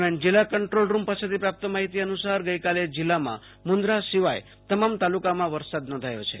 દરમિયાન જિલ્લા control room પાસેથી પ્રાપ્ત માહિતી અનુ સાર ગઈકાલે જિલ્લામાં મુન્દ્રા સિવાયના તમામ તાલુકામાં વરસાદ નોંધાયો છે